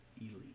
elite